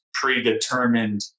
predetermined